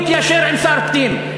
התיישר עם שר הפנים.